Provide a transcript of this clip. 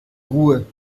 ruhe